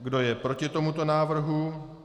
Kdo je proti tomuto návrhu?